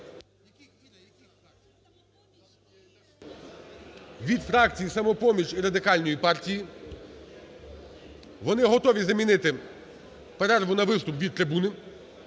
від фракції "Самопоміч" і Радикальної партії. Вони готові замінити перерву на виступ від трибуни.